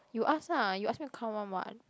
you ask ah you ask me to come [one] [what]